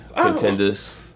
Contenders